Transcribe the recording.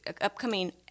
upcoming